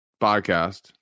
podcast